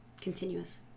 Continuous